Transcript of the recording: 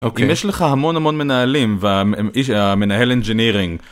אם יש לך המון המון מנהלים והמנהל engineering